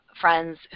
friends